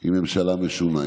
היא ממשלה משונה.